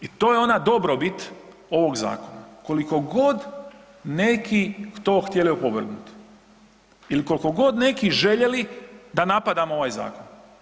I to je ona dobrobit ovog zakona, kolikogod neki to htjeli opovrgnuti ili kolikogod neki željeli da napadamo ovaj zakon.